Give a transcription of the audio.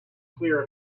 clear